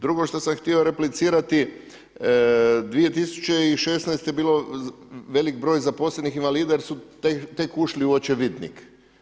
Drugo što sam htio replicirati 2016. bilo veliki broj zaposlenih invalida, jer su tek ušli u očevidnik.